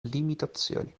limitazioni